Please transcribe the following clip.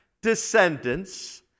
descendants